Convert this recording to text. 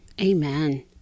Amen